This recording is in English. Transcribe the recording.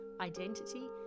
identity